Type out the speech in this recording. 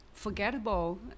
forgettable